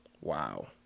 Wow